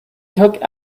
took